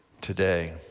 today